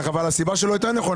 אבל הסיבה שלו יותר נכונה.